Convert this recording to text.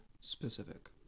specific